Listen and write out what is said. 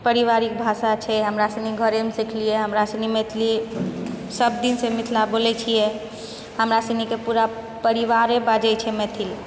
परिवारिक भाषा छै हमरा सुनि घरेमे सीखलियै हमरा असली मैथिली सब दिनसँ मिथिला बोलै छियै हमरा सुनीके पूरा परिवारे बाजै छै मैथिली